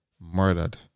murdered